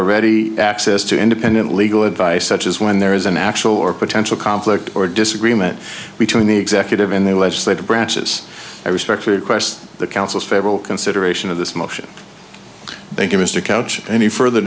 a ready access to independent legal advice such as when there is an actual or potential conflict or disagreement between the executive and the legislative branches i respectfully question the council's several consideration of this motion thank you mr couch any further